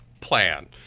plan